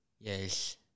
Yes